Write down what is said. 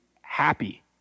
happy